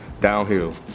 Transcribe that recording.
downhill